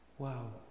Wow